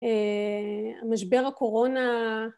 ‫המשבר הקורונה...